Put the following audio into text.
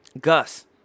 Gus